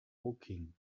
woking